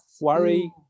worry